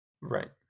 Right